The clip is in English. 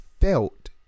felt